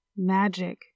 Magic